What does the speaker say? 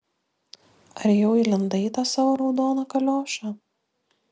ar jau įlindai į tą savo raudoną kaliošą